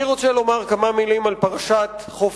אני רוצה לומר כמה מלים על פרשת חוף